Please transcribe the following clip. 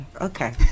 Okay